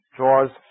draws